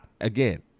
again